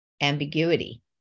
ambiguity